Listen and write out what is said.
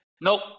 Nope